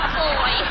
boy